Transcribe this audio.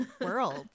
world